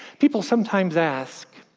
people sometimes ask,